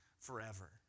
forever